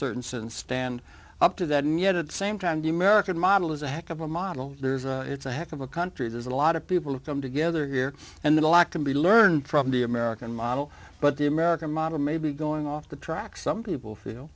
certain sense stand up to that and yet at the same time the american model is a heck of a model there's a it's a heck of a country there's a lot of people who come together here and the law can be learned from the american model but the american model may be going off the track some people